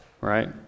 right